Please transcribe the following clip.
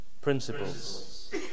principles